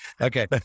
Okay